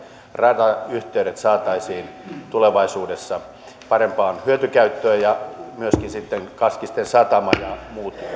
ratayhteydet saataisiin tulevaisuudessa parempaan hyötykäyttöön ja myöskin sitten kaskisten satama ja muut